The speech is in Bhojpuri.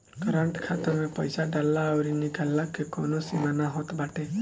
करंट खाता में पईसा डालला अउरी निकलला के कवनो सीमा ना होत बाटे